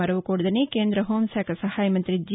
మరువకూడదని కేంద్ర హోంశాఖ సహాయ మంత్రి జి